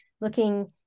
looking